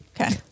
Okay